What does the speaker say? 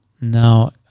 Now